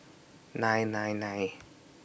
nine nine nine